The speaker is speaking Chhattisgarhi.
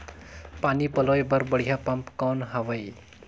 पानी पलोय बर बढ़िया पम्प कौन हवय?